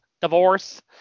Divorce